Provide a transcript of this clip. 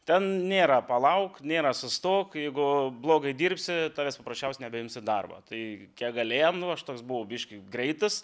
ten nėra palauk nėra sustok jeigu blogai dirbsi tavęs paprasčiausiai nebeims į darbą tai kiek galėjom nu aš toks buvau biški greitas